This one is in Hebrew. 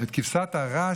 את כבשת הרש,